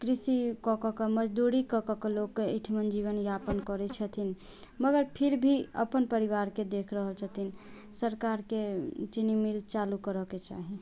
कृषि कऽ कऽ कऽ मजदूरी कऽ कऽ कऽ लोक कऽ अइठमन जीवनयापन करै छथिन मगर फिर भी अपन परिवारके देखरेख रहल छथिन सरकारके चीनी मील चालू करऽके चाही